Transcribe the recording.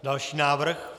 Další návrh.